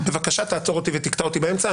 בבקשה תעצור אותי ותקטע אותי באמצע,